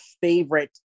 favorite